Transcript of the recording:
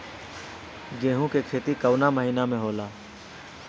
गेहूँ के खेती कवना महीना में होला?